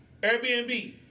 Airbnb